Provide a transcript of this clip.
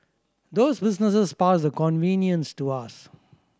those businesses pass the convenience to us